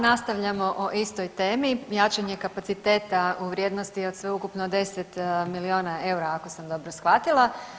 Nastavljamo o istoj temi, jačanje kapaciteta u vrijednosti od sveukupno 10 milijuna eura ako sam dobro shvatila.